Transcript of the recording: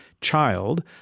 child